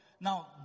now